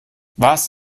was